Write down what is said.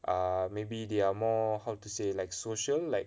err maybe they are more how to say like social like